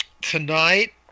tonight